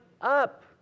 up